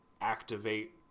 activate